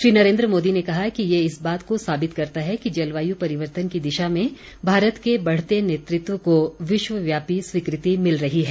श्री नरेन्द्र मोदी ने कहा कि यह इस बात को साबित करता है कि जलवायु परिवर्तन की दिशा में भारत के बढ़ते नेतृत्व को विश्वव्यापी स्वीकृति मिल रही है